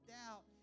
doubt